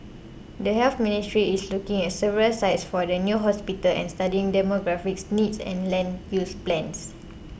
the Health Ministry is looking at several sites for the new hospital and studying demographic needs and land use plans